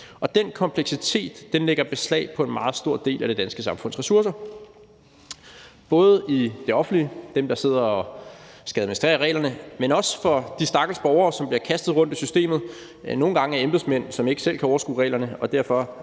Den kompleksitet lægger beslag på en meget stor del af det danske samfunds ressourcer. Både det offentlige, altså dem, der skal sidde og administrere reglerne, men også de stakkels borgere, som bliver kastet rundt i systemet – nogle gange af embedsmænd, som ikke selv kan overskue reglerne og derfor